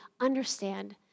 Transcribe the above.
understand